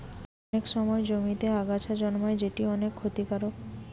অনেক সময় জমিতে আগাছা জন্মায় যেটি অনেক ক্ষতিকারক